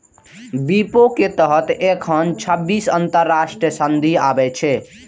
विपो के तहत एखन छब्बीस अंतरराष्ट्रीय संधि आबै छै